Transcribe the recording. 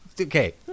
okay